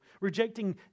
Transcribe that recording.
rejecting